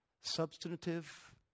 substantive